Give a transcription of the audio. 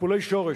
טיפולי שורש.